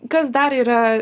kas dar yra